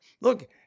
Look